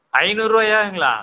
ஐந்நூறுபாயாங்களா